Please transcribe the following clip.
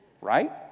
Right